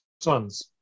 sons